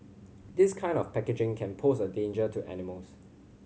this kind of packaging can pose a danger to animals